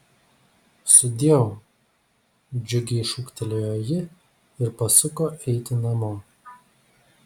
sudieu džiugiai šūktelėjo ji ir pasuko eiti namo